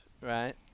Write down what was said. right